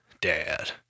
dad